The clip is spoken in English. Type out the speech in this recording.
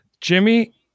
Jimmy